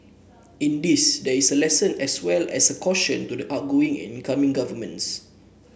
in this there is a lesson as well as a caution to the outgoing and incoming governments